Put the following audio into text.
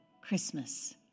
Christmas